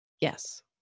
Yes